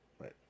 right